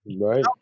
Right